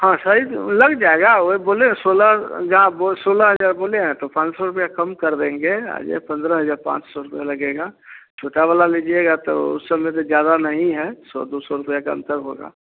हाँ सही दर लग जाएगा वही बोले न सोलह जा बोल सोलह हजार बोल हैं तो पाँच सौ रुपये कम कर देंगे आइए पंद्रह हजार पाँच सौ रुपये लगेगा छोटा वाला लीजिएगा तो उस सब में रेट ज्यादा नहीं है सौ दो सौ रुपये का अंतर होगा